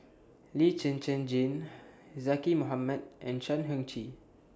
Lee Zhen Zhen Jane Zaqy Mohamad and Chan Heng Chee